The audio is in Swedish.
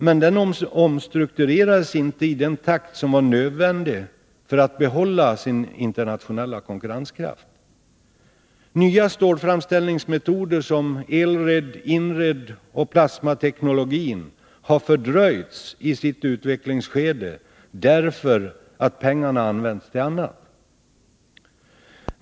Men industrin omstrukturerades inte i den takt som var nödvändig för att den skulle behålla sin internationella konkurrenskraft. Nya stålframställningsmetoder som Elred, Inred och plasmateknologin har fördröjts i sitt utvecklingsskede därför att pengarna har använts till annat.